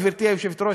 גברתי היושבת-ראש,